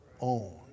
own